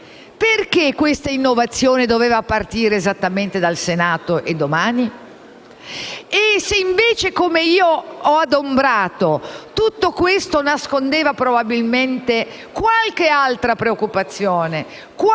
perché questa innovazione doveva partire esattamente dal Senato e domani? E se invece, come io ho adombrato, tutto questo nascondeva probabilmente qualche altra preoccupazione, qualche